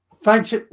thanks